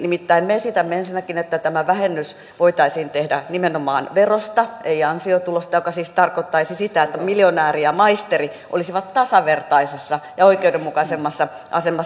nimittäin me esitämme ensinnäkin että tämä vähennys voitaisiin tehdä nimenomaan verosta ei ansiotulosta mikä siis tarkoittaisi sitä että miljonääri ja maisteri olisivat tasavertaisessa ja oikeudenmukaisemmassa asemassa